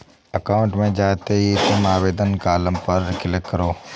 account में जाते ही तुम आवेदन कॉलम पर क्लिक करो